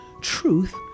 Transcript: Truth